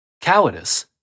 Cowardice